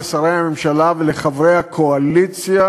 לשרי הממשלה ולחברי הקואליציה: